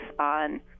on